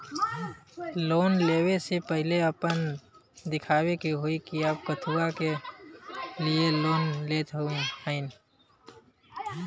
Loan ले वे से पहिले आपन दिखावे के होई कि आप कथुआ के लिए लोन लेत हईन?